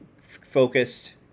focused